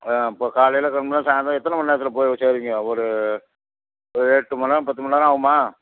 ஆ அப்போ காலையில் கிளம்புனா சாய்ந்தரம் எத்தனை மண்நேரத்துல போய் சேருவீங்க ஒரு ஒரு எட்டு மண்நேரம் பத்து மண்நேரம் ஆவுமா